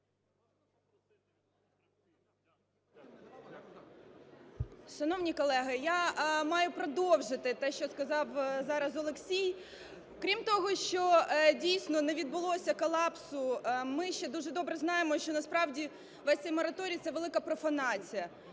Шановні колеги, я маю продовжити те, що сказав зараз Олексій. Крім того, що дійсно не відбулося колапсу, ми ще дуже добре знаємо, що насправді весь цей мораторій – це велика профанація.